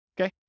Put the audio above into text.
Okay